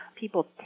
People